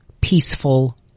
peaceful